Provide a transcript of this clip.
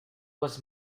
was